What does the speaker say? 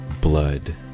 blood